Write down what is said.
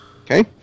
okay